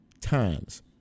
times